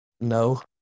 No